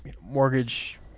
mortgage